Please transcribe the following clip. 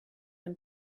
him